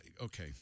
okay